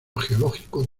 geológico